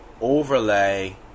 overlay